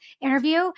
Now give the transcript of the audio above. interview